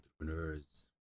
entrepreneurs